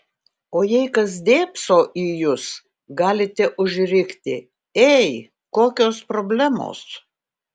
o jei kas dėbso į jus galite užrikti ei kokios problemos